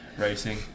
racing